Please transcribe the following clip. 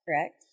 correct